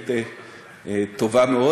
עיתונאית טובה מאוד.